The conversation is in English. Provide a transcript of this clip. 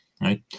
right